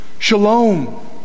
Shalom